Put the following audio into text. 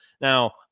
Now